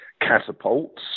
catapults